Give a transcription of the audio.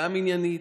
גם עניינית,